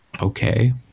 okay